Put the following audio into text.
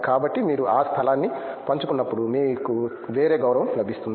కాబట్టి మీరు ఆ స్థలాన్ని పంచుకున్నప్పుడు మీకు వేరే గౌరవం లభిస్తుంది